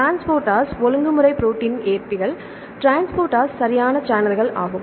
டிரான்ஸ்போர்ட்டர்கள் ஒழுங்குமுறை ப்ரோடீன்கள் ஏற்பிகள் ட்ரான்ஸ்போர்டேர்ஸ்கள் சரியான சேனல்கள் ஆகும்